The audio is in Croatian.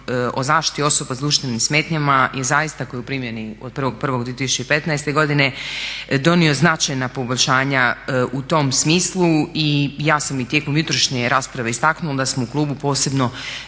o zaštiti osoba s duševnim smetnjama je zaista koji je u primjeni od 1.1.2015. godine donio značajna poboljšanja u tom smislu i ja sam i tijekom jutrošnje rasprave istaknula da smo u klubu posebno